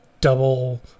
double